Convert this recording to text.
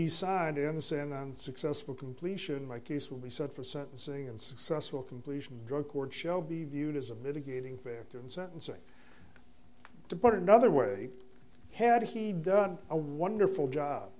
he signed in the sand and successful completion my case will be set for sentencing and successful completion drug court show be viewed as a mitigating factor in sentencing to put another way had he done a wonderful job